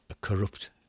Corrupt